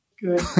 Good